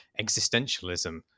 existentialism